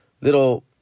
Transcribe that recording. little